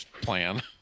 plan